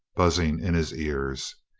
buzzing in his ears.